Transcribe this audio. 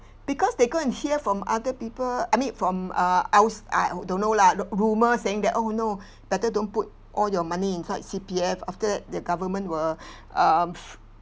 because they go and hear from other people I mean from uh outs~ I don't know lah r~ rumour saying that oh no better don't put all your money inside C_P_F after that the government will um